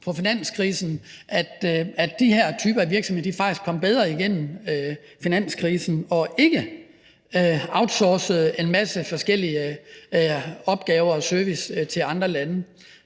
på finanskrisen, som de her typer af virksomheder faktisk kom bedre igennem, og hvor de ikke outsourcede en masse forskellige opgaver og service til andre lande.